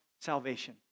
salvation